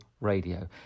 radio